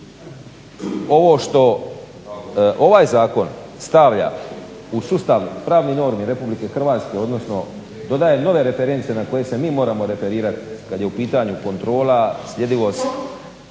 Ovo što ovaj zakon stavlja u sustav pravnih normi Republike Hrvatske, odnosno dodaje nove reference na koje se mi moramo referirati kad je u pitanju kontrola, sljedivost